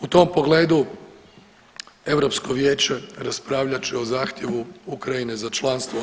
U tom pogledu Europsko vijeće raspravljat će o zahtjevu Ukrajine za članstvo u EU.